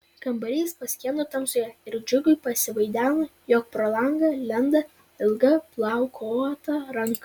kambarys paskendo tamsoje ir džiugui pasivaideno jog pro langą lenda ilga plaukuota ranka